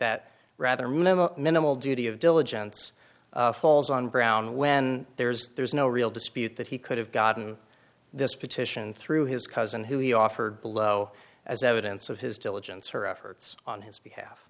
that rather minimal minimal duty of diligence holes on brown when there's there's no real dispute that he could have gotten this petition through his cousin who he offered below as evidence of his diligence or efforts on his behalf